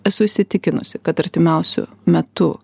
esu įsitikinusi kad artimiausiu metu